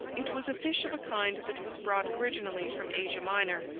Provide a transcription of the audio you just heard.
it was a fish of a kind that was brought originally from asia minor.